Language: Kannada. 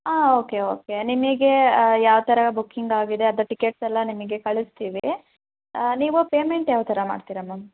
ಹಾಂ ಓಕೆ ಓಕೆ ನಿಮಗೆ ಯಾವ ಥರ ಬುಕ್ಕಿಂಗ್ ಆಗಿದೆ ಅದು ಟಿಕೆಟ್ಸ್ ಎಲ್ಲ ನಿಮಗ್ ಕಳಿಸ್ತಿವಿ ನೀವು ಪೇಮೆಂಟ್ ಯಾವ ಥರ ಮಾಡ್ತಿರ ಮ್ಯಾಮ್